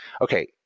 Okay